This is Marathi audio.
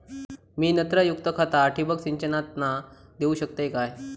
मी नत्रयुक्त खता ठिबक सिंचनातना देऊ शकतय काय?